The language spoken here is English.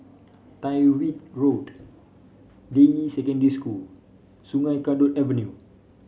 Tyrwhitt Road Deyi Secondary School Sungei Kadut Avenue